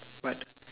but